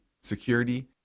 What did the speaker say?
security